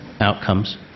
outcomes